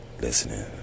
listening